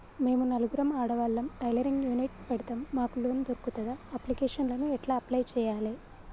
మేము నలుగురం ఆడవాళ్ళం టైలరింగ్ యూనిట్ పెడతం మాకు లోన్ దొర్కుతదా? అప్లికేషన్లను ఎట్ల అప్లయ్ చేయాలే?